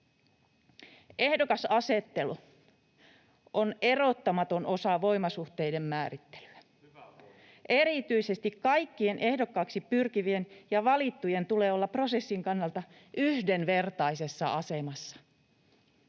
Ehdokasasettelu on erottamaton osa voimasuhteiden määrittelyä. [Sebastian Tynkkynen: Hyvä pointti!] Erityisesti kaikkien ehdokkaaksi pyrkivien ja valittujen tulee olla prosessin kannalta yhdenvertaisessa asemassa.